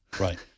Right